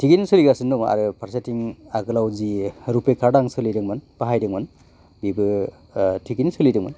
थिगैनो सोलिगासिनो दङ आरो फारसेथिं आगोलाव जि रुपे कार्ड आं सोलिदोंमोन बाहायदोंमोन बेबो थिगैनो सोलिदोमोन